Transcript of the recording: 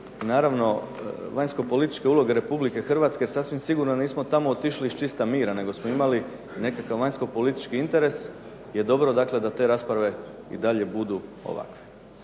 naravno vanjskopolitičke uloge RH sasvim sigurno nismo tamo otišli iz čista mira nego smo imali nekakav vanjskopolitički interes, je dobro dakle da te rasprave i dalje budu ovakve.